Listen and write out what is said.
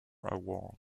award